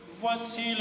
Voici